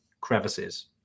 crevices